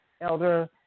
Elder